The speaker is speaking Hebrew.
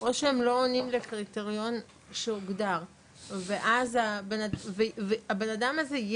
או שהם לא עונים לקריטריון שהוגדר ובן האדם הזה,